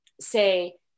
say